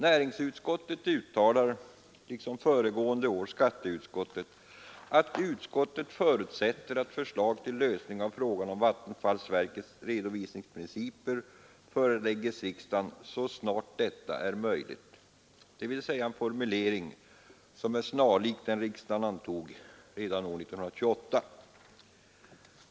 Näringsutskottet uttalar — liksom föregående år skatteutskottet — att utskottet förutsätter att förslag till lösning av frågan om vattenfallsverkets redovisningsprinciper föreläggs riksdagen så snart detta är möjligt, dvs. en formulering som är snarlik den riksdagen antog redan år 1928.